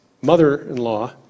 mother-in-law